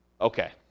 okay